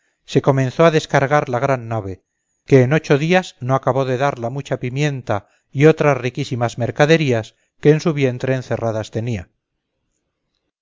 se comenzó a descargar la gran nave que en ocho días no acabó de dar la mucha pimienta y otras riquísimas mercaderías que en su vientre encerradas tenía